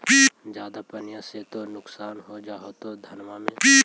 ज्यादा पनिया से तो नुक्सान हो जा होतो धनमा में?